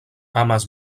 amas